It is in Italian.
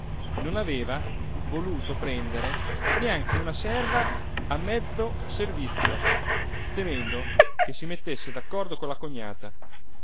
non aveva voluto prendere neanche una serva a mezzo servizio temendo che si mettesse d'accordo con la cognata